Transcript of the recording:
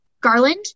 Garland